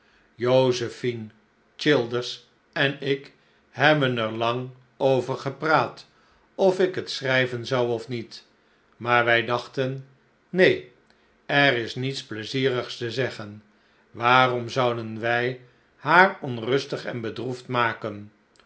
josephine childers en ik hebben erlang over gepraat of ik het schrijven zou of niet maar wij dachten neen er is niets pleizierigs te zeggen waarom zouden wij haar onrustig en bedroefd maken